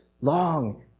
long